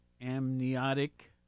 amniotic